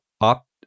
opt